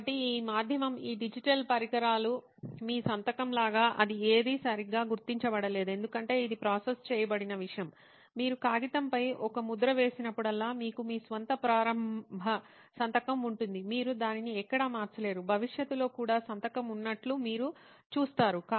కాబట్టి ఈ మాధ్యమం ఈ డిజిటల్ పరికరాలు మీ సంతకం లాగా అది ఏది సరిగా గుర్తించబడలేదు ఎందుకంటే ఇది ప్రాసెస్ చేయబడిన విషయం మీరు కాగితంపై ఒక ముద్ర వేసినప్పుడల్లా మీకు మీ స్వంత ప్రారంభ సంతకం ఉంటుంది మీరు దానిని ఎక్కడా మార్చలేరు భవిష్యత్తులో కూడా సంతకం ఉన్నట్లు మీరు చూస్తారు